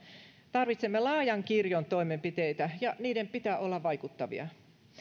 tarvitsemme laajan kirjon toimenpiteitä ja niiden pitää olla vaikuttavia